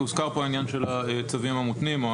הוזכר פה העניין של הצווים המותנים או